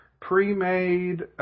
pre-made